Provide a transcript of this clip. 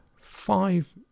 Five